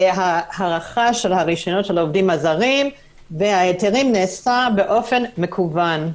ההארכה של הרישיונות של העובדים הזרים וההיתרים נעשה באופן מקוון.